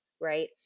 right